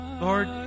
Lord